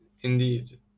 indeed